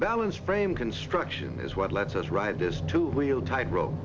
balance frame construction is what lets us ride this two wheel tight rope